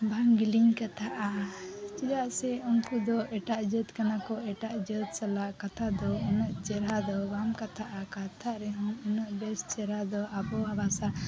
ᱵᱟᱝ ᱜᱮᱞᱤᱧ ᱠᱟᱛᱷᱟᱜᱼᱟ ᱪᱮᱫᱟᱜ ᱥᱮ ᱩᱱᱠᱩ ᱫᱚ ᱮᱴᱟᱜ ᱡᱟᱹᱛ ᱠᱟᱱᱟ ᱠᱚ ᱮᱴᱟᱜ ᱡᱟᱹᱛ ᱥᱟᱞᱟᱜ ᱠᱟᱛᱷᱟ ᱫᱚ ᱩᱱᱟᱹᱜ ᱪᱮᱦᱮᱨᱟ ᱫᱚ ᱵᱟᱝ ᱠᱟᱛᱷᱟᱜᱼᱟ ᱠᱟᱛᱷᱟᱜ ᱨᱮᱦᱚᱸᱢ ᱩᱱᱟᱹᱜ ᱵᱮᱥ ᱪᱮᱦᱮᱨᱟ ᱫᱚ ᱟᱵᱚᱣᱟᱜ ᱵᱷᱟᱥᱟ